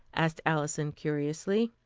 asked alison curiously.